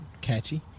catchy